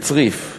בצריף,